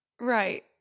right